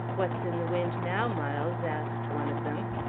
what's in the wind now, miles? asked one of them.